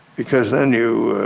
because then you